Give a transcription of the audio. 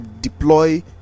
deploy